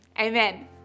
amen